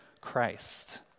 Christ